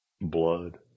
blood